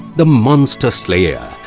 the monster slayer,